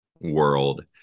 world